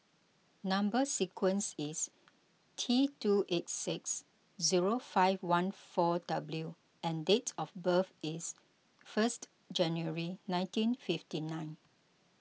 Number Sequence is T two eight six zero five one four W and date of birth is first January nineteen fifty nine